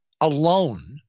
alone